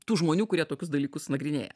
tų žmonių kurie tokius dalykus nagrinėja